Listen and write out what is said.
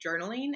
journaling